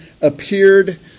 appeared